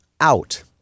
out